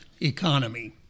economy